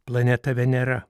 planeta venera